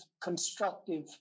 constructive